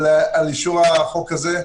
על אישור החוק הזה.